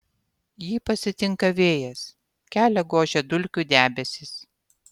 jį pasitinka vėjas kelią gožia dulkių debesys